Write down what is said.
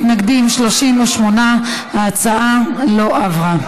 מתנגדים, 38. ההצעה לא עברה.